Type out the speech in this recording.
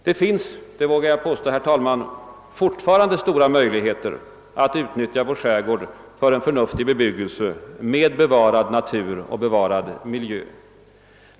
Det finns, herr talman, fortfarande stora möjligheter att utnyttja vår skärgård för en förnuftig bebyggelse med bevarad natur och bevarad miljö.